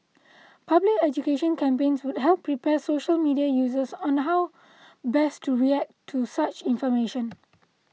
public education campaigns would help prepare social media users on how best to react to such information